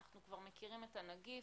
אנחנו מכירים את הנגיף,